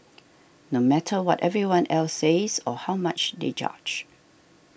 no matter what everyone else says or how much they judge